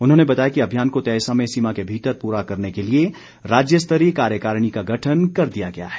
उन्होंने बताया कि अभियान को तय समय सीमा के भीतर पूरा करने के लिए राज्य स्तरीय कार्यकारिणी का गठन कर दिया गया है